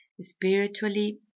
spiritually